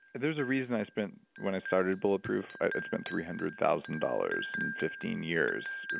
there's a reason i spent, when i started bulletproof, i spent three hundred thousand dollars in fifteen years,